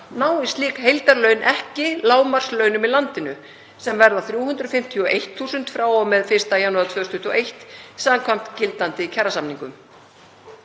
nái slík heildarlaun ekki lágmarkslaunum í landinu, sem verða 351.000 frá og með 1. janúar 2021 samkvæmt gildandi kjarasamningum.